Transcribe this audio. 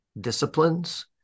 disciplines